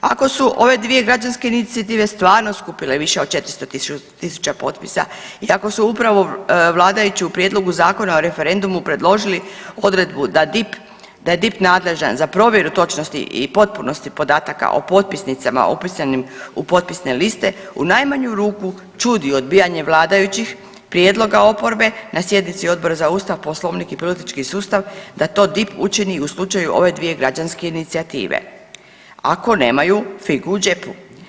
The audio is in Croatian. Ako su ove dvije građanske inicijative stvarno skupile više od 400.000 potpisa i ako su upravo vladajući u prijedlogu Zakona o referendumu predložili odredbu da DIP, da je DIP nadležan za provjeru točnosti i potpunosti podataka o potpisnicama upisanim u potpisne liste u najmanju ruku čudi odbijanje vladajućih prijedloga oporbe na sjednici Odbora za Ustav, Poslovnik i politički sustav da to DIP učini u slučaju ove dvije građanske inicijative ako nemaju figu u džepu.